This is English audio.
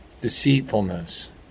deceitfulness